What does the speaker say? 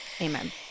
amen